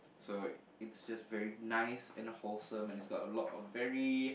so it's just very nice and wholesome and it's got a lot very